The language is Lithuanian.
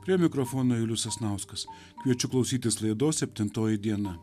prie mikrofono julius sasnauskas kviečiu klausytis laidos septintoji diena